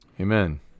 Amen